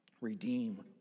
Redeem